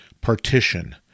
partition